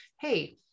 Hey